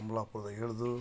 ಕಂಬ್ಳಾಪುರ್ದಾಗೆ ಇಳಿದು